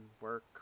work